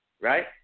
right